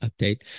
update